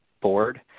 board